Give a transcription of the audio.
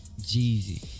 Jeezy